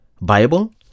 Bible